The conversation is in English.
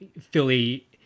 Philly